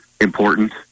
important